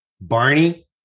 Barney